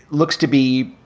looks to be,